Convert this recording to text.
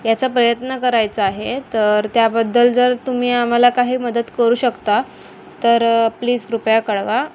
याचा प्रयत्न करायचा आहे तर त्याबद्दल जर तुम्ही आम्हाला काही मदत करू शकता तर प्लीज कृपया कळवा